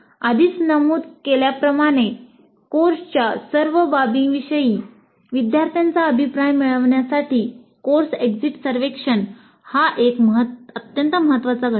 आधीच नमूद केल्याप्रमाणे कोर्सच्या सर्व बाबींविषयी विद्यार्थ्यांचा अभिप्राय मिळविण्यासाठी कोर्स एक्झिट सर्वेक्षण हा एक अत्यंत महत्वाचा घटक आहे